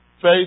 Faith